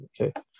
Okay